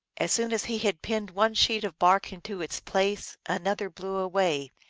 as soon as he had pinned one sheet of bark into its place another blew away,